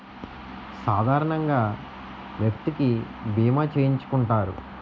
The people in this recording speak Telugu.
సాధారణంగా వ్యక్తికి బీమా చేయించుకుంటారు